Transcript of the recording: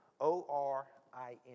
O-R-I-N